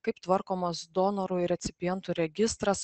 kaip tvarkomos donorų ir recipientų registras